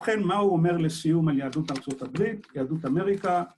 ‫ובכן, מה הוא אומר לסיום ‫על יהדות ארצות הברית, יהדות אמריקה